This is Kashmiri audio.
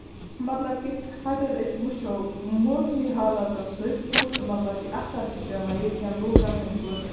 مطلب کہِ اَگر أسۍ وُچھو موسمی حالاتو سۭتۍ کُس مطلب کہِ اَثر چھُ پیٚوان ییٚتہِ کٮ۪ن لُکَن ہٕنٛدۍ پٲٹھۍ